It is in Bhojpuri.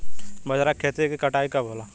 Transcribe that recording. बजरा के खेती के कटाई कब होला?